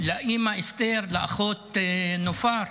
לאימא אסתר, לאחות נופר,